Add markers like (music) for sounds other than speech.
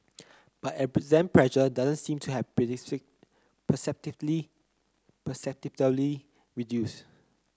but exam pressure doesn't seem to have (unintelligible) perceptibly (unintelligible) reduced